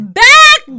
back